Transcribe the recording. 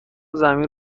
زمین